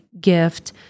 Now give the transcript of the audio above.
gift